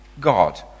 God